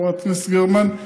חברת הכנסת גרמן.